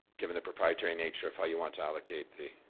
given the proprietary nature of how you want to allocate the